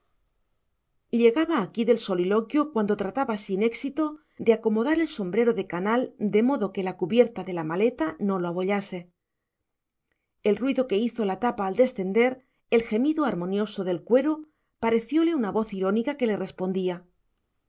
llegaba aquí del soliloquio cuando trataba sin éxito de acomodar el sombrero de canal de modo que la cubierta de la maleta no lo abollase el ruido que hizo la tapa al descender el gemido armonioso del cuero parecióle una voz irónica que le respondía